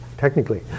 Technically